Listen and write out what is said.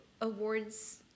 awards